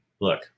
Look